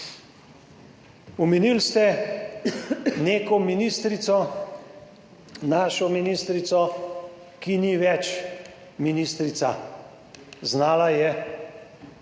Omenili ste neko ministrico, našo ministrico, ki ni več ministrica. Znala je